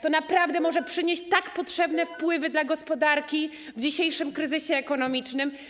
To naprawdę może przynieść potrzebne wpływy dla gospodarki w dzisiejszym kryzysie ekonomicznym.